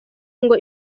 ngo